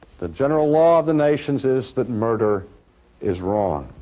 the general law of the nations is that murder is wrong.